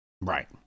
Right